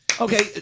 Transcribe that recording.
Okay